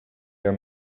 your